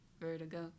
vertigo